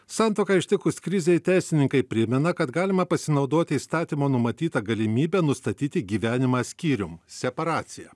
santuoką ištikus krizei teisininkai primena kad galima pasinaudoti įstatymo numatyta galimybe nustatyti gyvenimą skyrium separacija